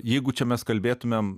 jeigu čia mes kalbėtumėm